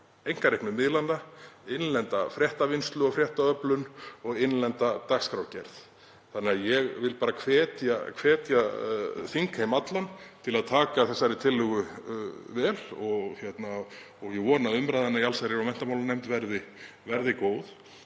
einkareknu miðlana, innlenda fréttavinnslu og fréttaöflun og innlenda dagskrárgerð. Ég vil því bara hvetja þingheim allan til að taka þessari tillögu vel og ég vona að umræðan í allsherjar- og menntamálanefnd verði góð.